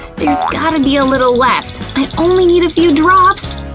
there's gotta be a little left! i only need a few drops!